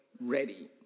ready